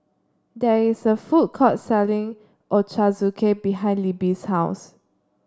there is a food court selling Ochazuke behind Libbie's house